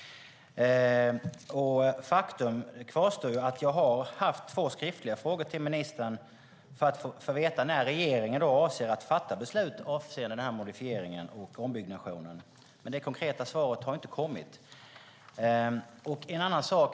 Faktum kvarstår. Jag har ställt två skriftliga frågor till ministern för att få veta när regeringen avser att fatta beslut avseende den här modifieringen och ombyggnationen. Men något konkret svar har inte kommit.